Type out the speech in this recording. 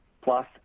plus